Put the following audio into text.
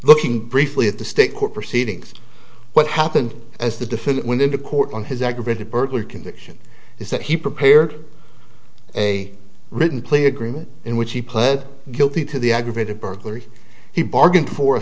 looking briefly at the state court proceedings what happened as the defendant went into court on his aggravated burglary conviction is that he prepared a written plea agreement in which he pled guilty to the aggravated burglary he bargained for a